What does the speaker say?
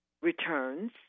returns